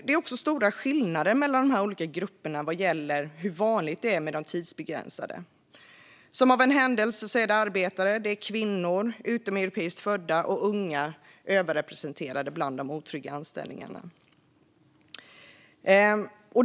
Det är också stora skillnader mellan de olika grupperna när det gäller hur vanligt det är med tidsbegränsade anställningar. Som av en händelse är arbetare, kvinnor, utomeuropeiskt födda och unga överrepresenterade bland dem med otrygga anställningar.